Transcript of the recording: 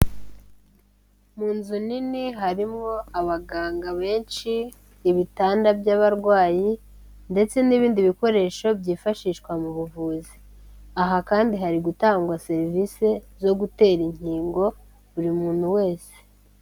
Mu nzu nini harimo abaganga benshi, ibitanda by'abarwayi ndetse n'ibindi bikoresho byifashishwa mu buvuzi, aha kandi hari gutangwa serivisi zo gutera inkingo buri muntu wese.